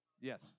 Yes